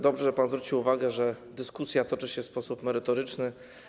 Dobrze, że pan zwrócił uwagę, że dyskusja toczy się w sposób merytoryczny.